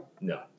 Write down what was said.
No